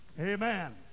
Amen